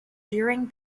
during